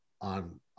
on